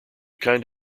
kind